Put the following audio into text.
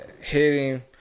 Hitting